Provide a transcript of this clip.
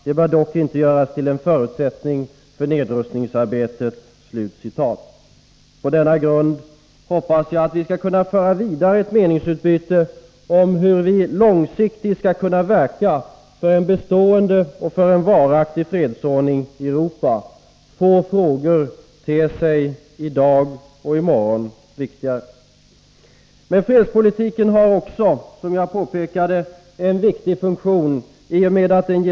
Det bör dock inte göras till en förutsättning för nedrustningsarbetet.” På denna grund hoppas jag att vi skall kunna föra vidare ett meningsutbyte om hur vi långsiktigt skall kunna verka för en varaktig fredsordning i Europa. Få frågor ter sig i dag och i morgon viktigare. Men fredspolitiken har också — som jag påpekat — en annan viktig funktion.